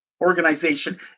organization